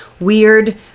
weird